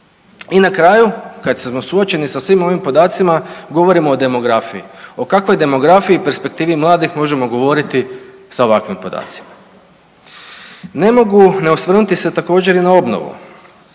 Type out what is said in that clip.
I na kraju kad se smo suočeni sa svim ovim podacima govorimo o demografiji. O kakvoj demografiji i perspektivi možemo govoriti sa ovakvim podacima? Ne mogu se ne osvrnuti se također i na obnovu,